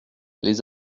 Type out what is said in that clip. les